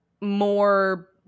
more